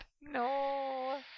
No